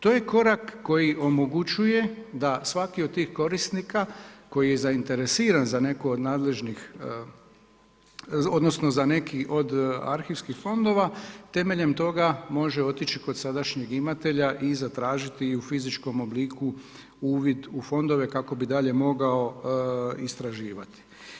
To je korak koji omogućuju da svaki od tih korisnika koji je zainteresiran za neku od nadležnih odnosno za neki od arhivskih fondova temeljem toga može otići kod sadašnjeg imatelja i zatražiti i u fizičkom obliku uvid u fondove kako bi dalje mogao istraživati.